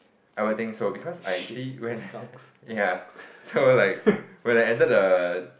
I don't think so because I actually went ya so like when I entered the